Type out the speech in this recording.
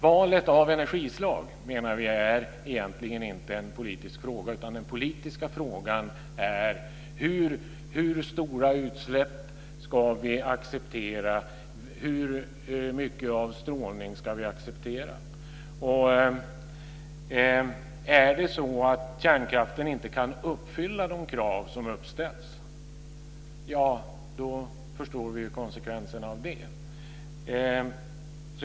Valet av energislag menar vi är egentligen inte en politisk fråga, utan den politiska frågan är hur stora utsläpp, hur mycket strålning, vi ska acceptera. Är det så att kärnkraften inte kan uppfylla de krav som ställs, ja, då förstår vi konsekvenserna av det.